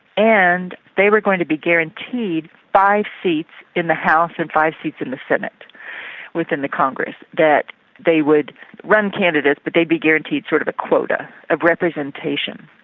and they were going to be guaranteed five seats in the house and five seats in the senate within the congress, that they would run candidates but they would be guaranteed sort of a quota of representation.